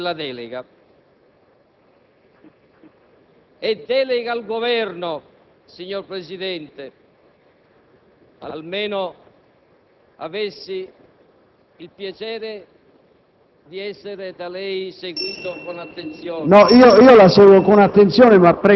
che il diritto al bilancio sia prerogativa non esclusiva del Parlamento, ma anche concorrente del Governo, una concorrenza realizzabile, magari, mediante l'istituto della delega.